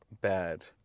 bad